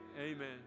Amen